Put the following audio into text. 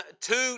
two